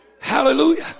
Hallelujah